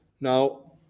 Now